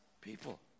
people